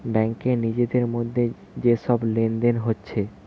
ব্যাংকে নিজেদের মধ্যে যে সব লেনদেন হচ্ছে